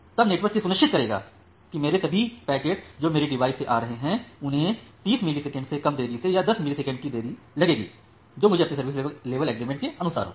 तब नेटवर्क यह सुनिश्चित करेगा कि मेरे सभी पैकेट जो मेरे डिवाइस से आ रहे हैं उन्हें 30 मिलिसेकेंड से कम देरी से या 10 मिली सेकंड की देरी लगेगी जो मुझे अपने सर्विस लेवल एग्रीमेंट के अनुसार होगी